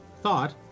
thought